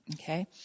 Okay